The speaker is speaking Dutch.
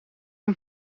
een